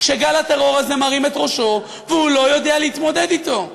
כשגל הטרור הזה מרים את ראשו והוא לא יודע להתמודד אתו?